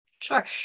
Sure